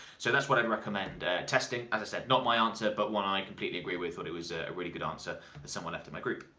so that's what i recommend testing. as i said not my answer but one i completely agree with. thought it was a really good answer that someone left in my group.